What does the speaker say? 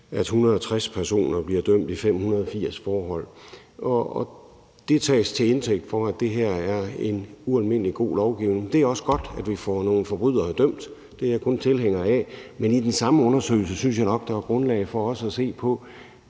at 160 personer er blevet dømt i 580 forhold, og man kan tage til indtægt, at der her er en ualmindelig god lovgivning. Det er også godt, at vi får nogle forbrydere dømt – det er jeg kun tilhænger af – men i forbindelse med den samme undersøgelse synes jeg nok også der var grundlag for at se på,